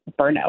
burnout